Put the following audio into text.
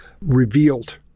revealed